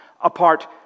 apart